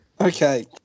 Okay